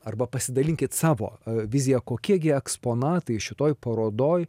arba pasidalinkit savo vizija kokie gi eksponatai šitoj parodoj